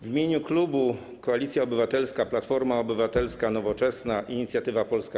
W imieniu klubu Koalicja Obywatelska - Platforma Obywatelska, Nowoczesna, Inicjatywa Polska,